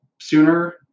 sooner